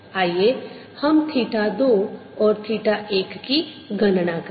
आइए हम थीटा 2 और थीटा 1 की गणना करें